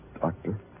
doctor